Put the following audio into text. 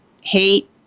Hate